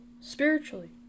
spiritually